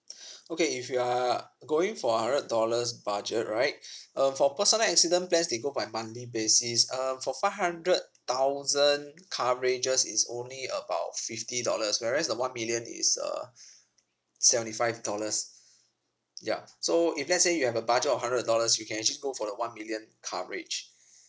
okay if you are going for hundred dollars budget right um for personal accident plans they go by monthly basis um for five hundred thousand coverages is only about fifty dollars whereas the one million is uh seventy five dollars ya so if let's say you have a budget of hundred dollars you can actually go for the one million coverage